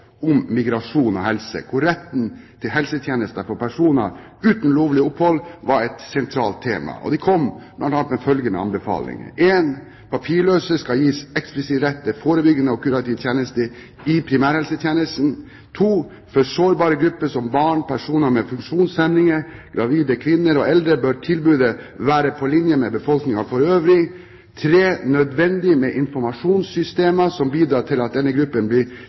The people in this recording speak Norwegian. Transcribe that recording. om migrasjon og helse der retten til helsetjenester for personer uten lovlig opphold var et sentralt tema. De kom bl.a. med følgende anbefalinger: Papirløse skal gis eksplisitt rett til forebyggende og kurativ tjeneste i primærhelsetjenesten. For sårbare grupper som barn, personer med funksjonshemninger, gravide kvinner og eldre bør tilbudet være på linje med tilbudet til befolkningen for øvrig. Det bør etableres nødvendige informasjonssystemer som bidrar til at denne gruppen blir